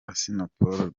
assinapol